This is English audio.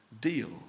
deal